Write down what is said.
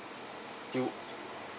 you